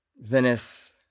Venice